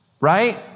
Right